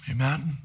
Amen